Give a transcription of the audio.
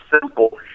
simple